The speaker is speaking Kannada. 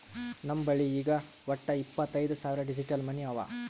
ನಮ್ ಬಲ್ಲಿ ಈಗ್ ವಟ್ಟ ಇಪ್ಪತೈದ್ ಸಾವಿರ್ ಡಿಜಿಟಲ್ ಮನಿ ಅವಾ